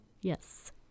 Yes